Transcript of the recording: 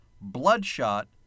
Bloodshot